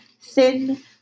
thin